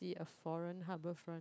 it a foreign harbourfront